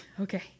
Okay